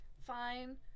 fine